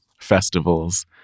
festivals